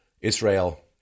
Israel